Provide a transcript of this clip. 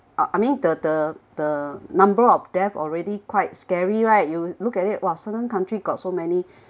I I mean the the the number of deaths already quite scary right you look at it !wah! certain country got so many